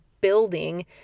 building